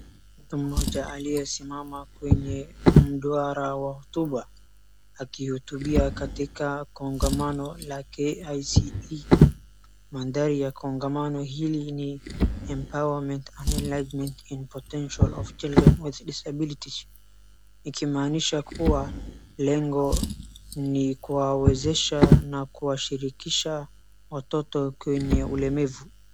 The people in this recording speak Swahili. mtu mmoja aliyesimama kwenye mdwara wa hotuba akihutubia katika kongamano la KISE maudhui ya kongamano hii ni empowerment and engagmeant of children with disabilities ikimanisha kuwa lengo ni kuwawezesha na kuwashirkisha watoto kwenye ulemavu